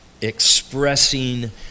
expressing